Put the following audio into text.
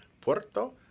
Puerto